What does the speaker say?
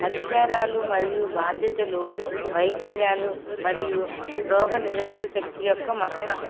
అధికారాలు మరియు బాధ్యతలు వైకల్యాలు మరియు రోగ నిరోధక శక్తి యొక్క మొత్తం